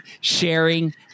sharing